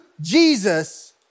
Jesus